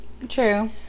True